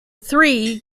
three